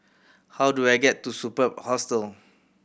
how do I get to Superb Hostel